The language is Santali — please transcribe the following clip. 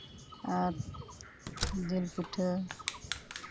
ᱟᱨ ᱡᱤᱞ ᱯᱤᱴᱷᱟᱹ